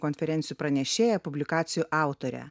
konferencijų pranešėja publikacijų autorė